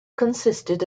consisted